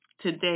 today